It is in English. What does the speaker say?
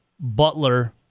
Butler